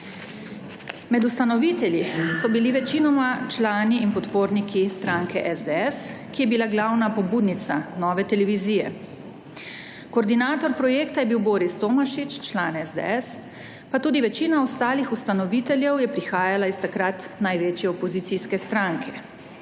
Med ustanovitelji so bili večinoma člani in podporniki stranke SDS, ki je bila glavna pobudnica nove televizije. Koordinator projekta je bil Boris Tomašič, član SDS, pa tudi večina ostalih ustanoviteljev je prihajalo iz takrat največje opozicijske stranke.